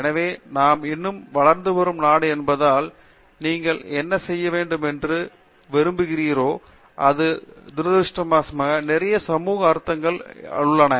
எனவே நாம் இன்னும் வளர்ந்து வரும் நாடு என்பதால் நீங்கள் என்ன செய்ய வேண்டுமென்று விரும்புகிறோமோ அதில் துரதிருஷ்டவசமாக நிறைய சமூக அழுத்தங்கள் உள்ளன